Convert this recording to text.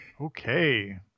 Okay